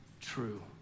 true